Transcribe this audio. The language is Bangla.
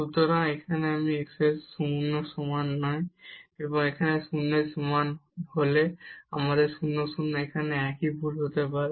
সুতরাং এখানে এটি 0 এর সমান নয় এবং 0 এর সমান হলে আমাদের 0 0 এখানে একই ভুল হতে পারে